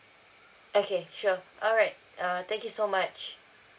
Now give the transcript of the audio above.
okay sure alright uh thank you so much